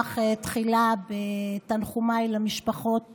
תחילה בתנחומיי למשפחות